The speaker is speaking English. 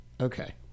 Okay